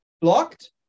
blocked